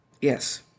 Yes